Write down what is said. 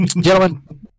Gentlemen